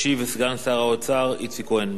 ישיב סגן שר האוצר איציק כהן.